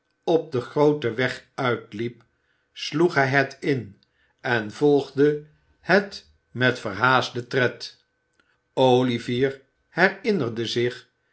op den grooten weg uitliep sloeg hij het in en volgde het met verhaasten tred olivier herinnerde zich